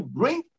bring